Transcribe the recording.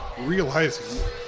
Realizing